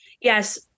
yes